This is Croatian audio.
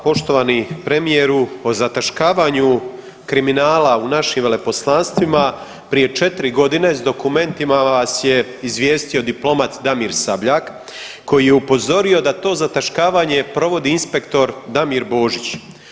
Poštovani premijeru, o zataškavanju kriminala u našim veleposlanstvima prije 4.g. s dokumentima vas je izvijestio diplomat Damir Sabljak koji je upozorio da to zataškavanje provodi inspektor Damir Božić.